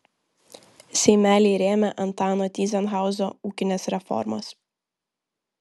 seimeliai rėmė antano tyzenhauzo ūkines reformas